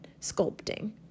sculpting